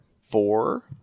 Four